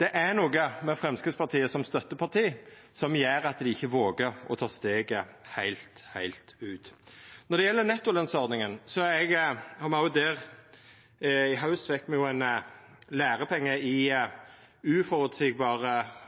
Det er noko med Framstegspartiet som støtteparti som gjer at dei ikkje vågar å ta steget heilt ut. Når det gjeld nettolønsordninga, fekk me i haust fekk ein lærepenge i